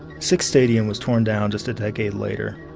sick's stadium was torn down just a decade later.